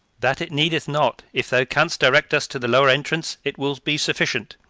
that it needeth not if thou canst direct us to the lower entrance it will be sufficient.